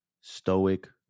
stoic